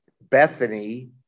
Bethany